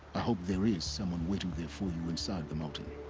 i hope there is someone waiting there for you inside the mountain.